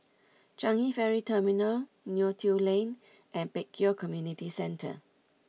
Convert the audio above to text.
Changi Ferry Terminal Neo Tiew Lane and Pek Kio Community Centre